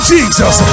Jesus